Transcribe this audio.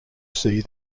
see